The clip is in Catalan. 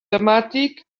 temàtic